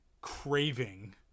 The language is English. craving